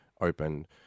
opened